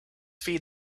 feed